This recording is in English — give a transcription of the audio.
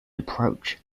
approach